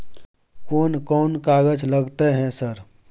कोन कौन कागज लगतै है सर?